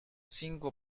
cinco